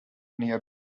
nearby